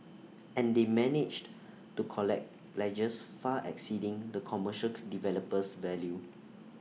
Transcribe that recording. and they managed to collect pledges far exceeding the commercial developer's value